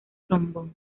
trombón